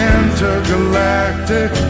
Intergalactic